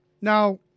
Now